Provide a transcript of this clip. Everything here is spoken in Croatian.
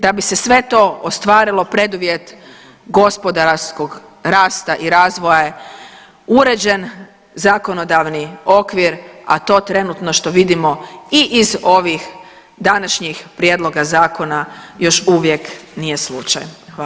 Da bi se sve to ostvarilo preduvjet gospodarskog rasta i razvoja je uređen zakonodavni okvir, a to trenutno što vidimo i iz ovih današnjih prijedloga zakona još uvijek nije slučaj.